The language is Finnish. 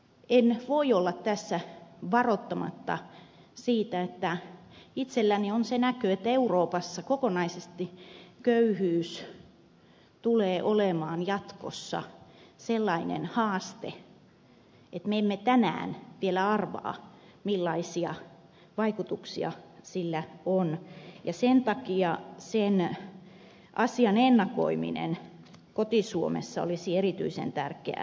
en voi olla tässä varoittamatta siitä että itselläni on se näky että euroopassa kokonaisesti köyhyys tulee olemaan jatkossa sellainen haaste että me emme tänään vielä arvaa millaisia vaikutuksia sillä on ja sen takia sen asian ennakoiminen koti suomessa olisi erityisen tärkeää